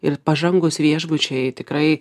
ir pažangūs viešbučiai tikrai